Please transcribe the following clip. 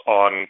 on